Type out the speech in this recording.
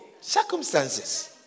Circumstances